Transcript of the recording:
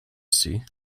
see